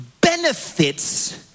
benefits